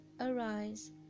arise